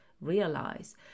realize